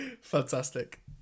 fantastic